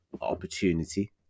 opportunity